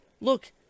look